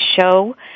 show